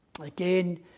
Again